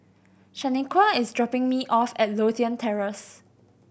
Shanequa is dropping me off at Lothian Terrace